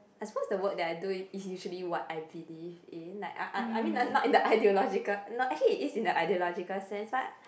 I supposed the work that I do it it's usually what I believe in like I I mean like like it's not in the ideological no actually it's in the ideological sense but